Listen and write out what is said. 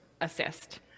assist